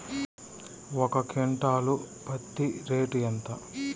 ఒక క్వింటాలు పత్తి రేటు ఎంత?